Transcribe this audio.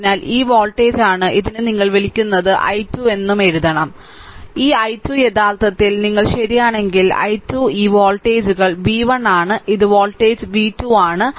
അതിനാൽ ഈ വോൾട്ടേജാണ് ഇതിനെ നിങ്ങൾ വിളിക്കുന്നത് i 2 എന്നും i 1 എന്നും എഴുതണം അതിനാൽ ഈ i 2 യഥാർത്ഥത്തിൽ നിങ്ങൾ ശരിയാണെങ്കിൽ i 2 ഈ വോൾട്ടേജുകൾ v 1 ആണ് ഈ വോൾട്ടേജ് v 2 ആണ്